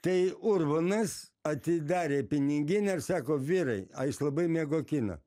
tai urbonas atidarė piniginę ir sako vyrai a jis labai mėgo kiną